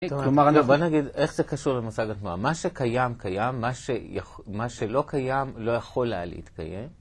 זאת אומרת, בוא נגיד, איך זה קשור למושג התמורה? מה שקיים, קיים. מה שלא קיים, לא יכול היה להתקיים.